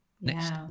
next